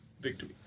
victory